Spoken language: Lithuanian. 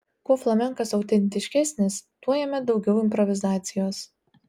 kuo flamenkas autentiškesnis tuo jame daugiau improvizacijos